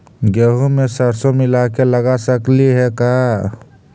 गेहूं मे सरसों मिला के लगा सकली हे का?